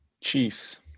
Chiefs